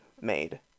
made